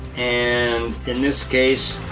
and, in this case,